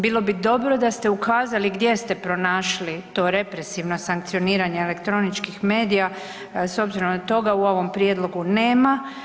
Bilo bi dobro da ste ukazali gdje ste pronašli to represivno sankcioniranje elektroničkih medija s obzirom da toga u ovom prijedlogu nema.